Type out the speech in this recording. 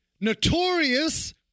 notorious